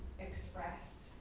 expressed